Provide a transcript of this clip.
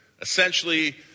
essentially